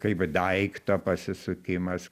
kaip daikto pasisukimas